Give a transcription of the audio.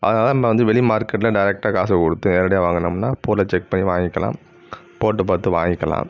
அதனால நான் வந்து வெளி மார்க்கெட்டில் டேரைக்டாக காசு கொடுத்து நேரடியாக வாங்கினோம்னா பொருளை செக் பண்ணி வாங்கிக்கலாம் போட்டு பார்த்து வாங்கிக்கலாம்